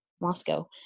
moscow